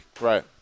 Right